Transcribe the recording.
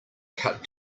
cut